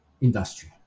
industry